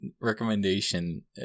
recommendation